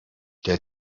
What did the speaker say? der